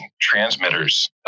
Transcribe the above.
transmitters